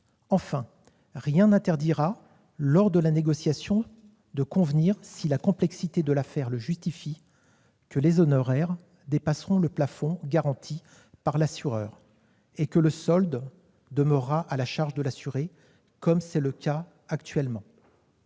Enfin, rien n'interdira, lors de la négociation, de convenir, si la complexité de l'affaire le justifie, que les honoraires dépasseront le plafond garanti par l'assureur et que le solde demeurera à la charge de l'assuré, comme c'est le cas actuellement.